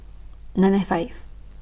nine nine five